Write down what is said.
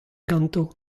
ganto